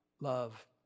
love